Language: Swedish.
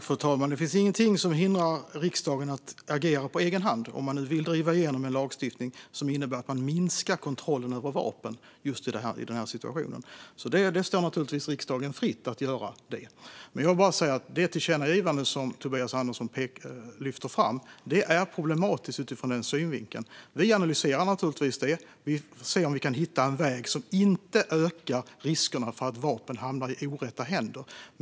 Fru talman! Det finns ingenting som hindrar riksdagen att agera på egen hand om man nu vill driva igenom en lagstiftning som innebär att man minskar kontrollen över vapen i just den här situationen. Det står naturligtvis riksdagen fritt att göra det. Jag vill bara säga att det tillkännagivande som Tobias Andersson lyfter fram är problematiskt utifrån denna synvinkel. Vi analyserar naturligtvis det och ser om vi kan hitta en väg som inte ökar riskerna för att vapen hamnar i orätta händer.